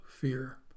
fear